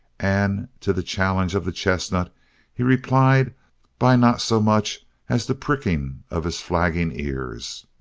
and to the challenge of the chestnut he replied by not so much as the pricking of his flagging ears.